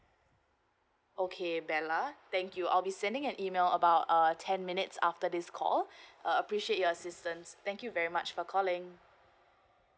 okay bella thank you I'll be sending an email about uh ten minutes after this call uh appreciate your assistance thank you very much for calling